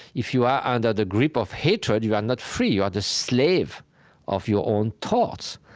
if you are under the grip of hatred, you are not free. you are the slave of your own thoughts.